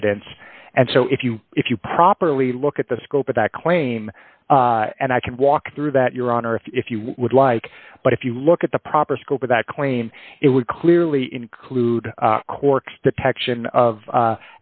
evidence and so if you if you properly look at the scope of that claim and i can walk through that your honor if you would like but if you look at the proper scope of that claim it would clearly include cork's detection of